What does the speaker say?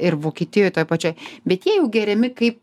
ir vokietijoj toj pačioj bet jie jau geriami kai